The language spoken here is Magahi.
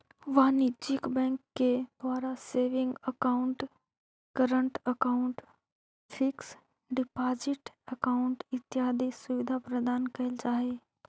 वाणिज्यिक बैंकिंग के द्वारा saving account, current account, fix deposit account इत्यादि सुविधा प्रदान कैल जा हइ